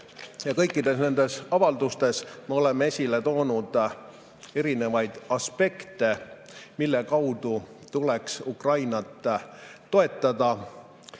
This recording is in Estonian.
Kõikides nendes avaldustes me oleme esile toonud erinevaid aspekte, mille kaudu tuleks Ukrainat toetada.